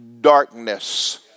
darkness